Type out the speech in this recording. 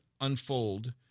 unfold